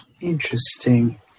Interesting